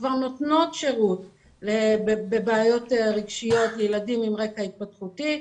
כבר נותנות שירות בבעיות רגשיות לילדים עם רקע התפתחותי,